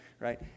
right